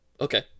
Okay